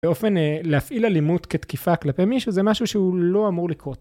באופן להפעיל אלימות כתקיפה כלפי מישהו זה משהו שהוא לא אמור לקרות.